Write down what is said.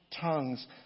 Tongues